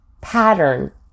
pattern